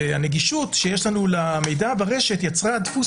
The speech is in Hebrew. הנגישות שיש לנו למידע ברשת יצרה דפוס